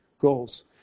goals